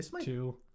two